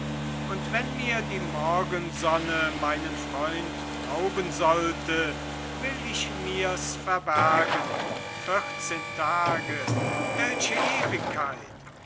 und wenn mir die morgensonne meinen freund rauben sollte will ich mir's verbergen vierzehn tage welche